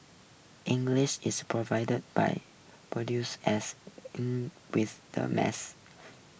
English is provided by produces as in with the mass